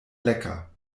lecker